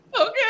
Okay